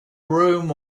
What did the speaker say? room